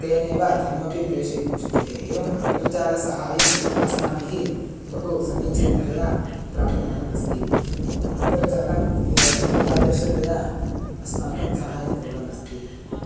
तेनेव धनमपि प्रेषयितुं शक्यते एवम् अन्तर्जालसहाय्यम् अस्माभिः बहु समीचीनतया प्राप्यमानम् अस्ति अन्तर्जालम् ए एतादृशतया अस्माकं सहाय्यं कुर्वन्नस्ति